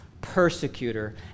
persecutor